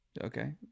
Okay